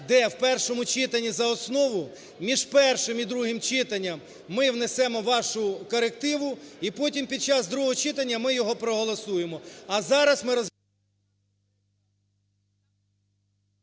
в першому читанні за основу, між першим і другим читанням ми внесемо вашу корективу, і потім під час другого читання ми його проголосуємо.